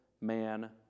man